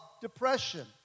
depression